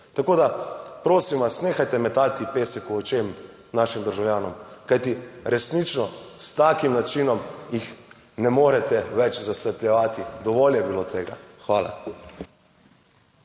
Tako, da prosim vas, nehajte metati pesek v očem našim državljanom, kajti resnično, s takim načinom jih ne morete več zaslepljevati. Dovolj je bilo tega. Hvala.